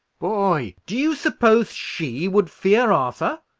boy! do you suppose she would fear arthur?